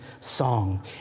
song